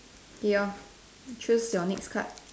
your choose your next card